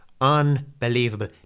Unbelievable